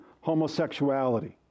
homosexuality